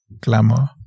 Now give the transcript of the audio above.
glamour